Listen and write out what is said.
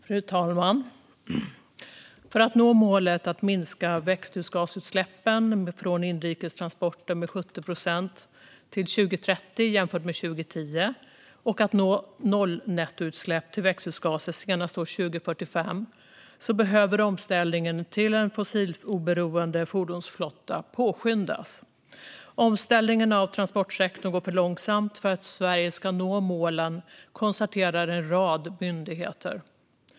Fru talman! För att man ska nå målet att minska växthusgasutsläppen från inrikes transporter med 70 procent till 2030 jämfört med 2010 och för att man ska nå målet noll nettoutsläpp av växthusgaser senast år 2045 behöver omställningen till en fossiloberoende fordonsflotta påskyndas. Omställningen av transportsektorn går för långsamt för att Sverige ska kunna nå målen, konstaterar en rad myndigheter.